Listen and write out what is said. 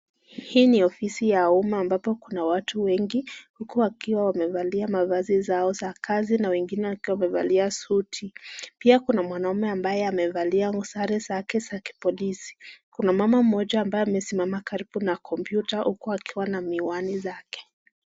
Hii ni ofisi ya umma ambapo kuna watu wengi, huku wakiwa wamevalia mavazi zao za kazi, na wengine wakiwa wamevalia suti, pia kuna mwanaume ambaye amevalia sare zake za kipolisi, kuna mama moja ambaye amesimama karibu na kompyuta huku akiwa na miwani zake.